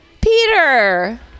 Peter